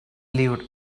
lived